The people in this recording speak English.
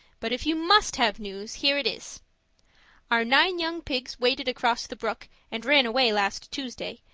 but if you must have news, here it is our nine young pigs waded across the brook and ran away last tuesday,